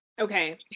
Okay